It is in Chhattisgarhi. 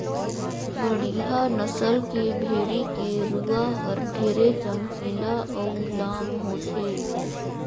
बड़िहा नसल के भेड़ी के रूवा हर ढेरे चमकीला अउ लाम होथे